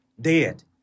dead